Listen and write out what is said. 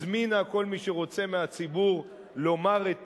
הזמינה כל מי שרוצה מהציבור לומר את דברו,